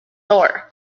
tour